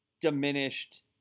diminished